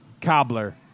Cobbler